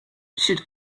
should